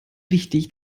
wichtig